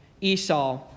esau